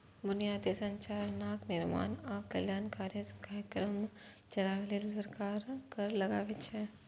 बुनियादी संरचनाक निर्माण आ कल्याणकारी कार्यक्रम चलाबै लेल सरकार कर लगाबै छै